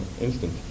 instant